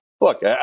Look